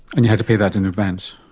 and you had to pay that in advance?